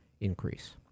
increase